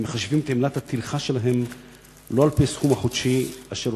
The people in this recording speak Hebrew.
הם מחשבים את עמלת הטרחה שלהם לא על-פי הסכום החודשי אשר